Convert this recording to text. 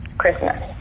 Christmas